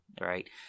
right